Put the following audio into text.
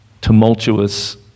tumultuous